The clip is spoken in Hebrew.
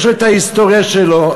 יש לו ההיסטוריה שלו,